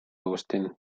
austin